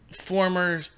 former